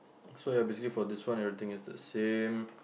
so ya basically for this one everything is the same